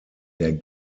der